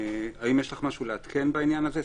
האם יש לך משהו לעדכן בעניין הזה?